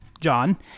John